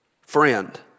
Friend